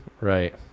right